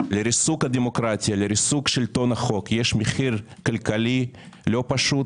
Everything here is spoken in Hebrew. לריסוק הדמוקרטיה ולריסון שלטון החוק יש מחיר כלכלי לא פשוט,